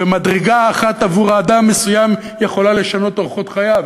ומדרגה אחת עבור אדם מסוים יכולה לשנות את אורחות חייו,